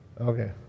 Okay